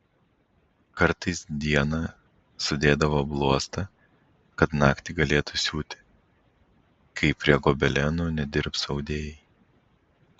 kartais dieną sudėdavo bluostą kad naktį galėtų siūti kai prie gobelenų nedirbs audėjai